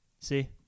see